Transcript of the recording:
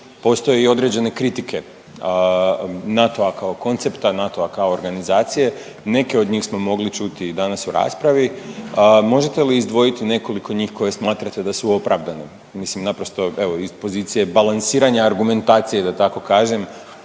postoje i određene kritike NATO-a kao koncepta, NATO-a kao organizacije. Neke od njih smo mogli čuti danas u raspravi. Možete li izdvojiti nekoliko njih koje smatrate da su opravdane. Mislim naprosto evo iz pozicije balansiranja argumentacije da tako kažem,